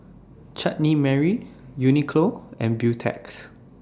Chutney Mary Uniqlo and Beautex